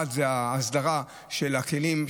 אחד זה האסדרה של הכלים,